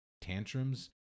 tantrums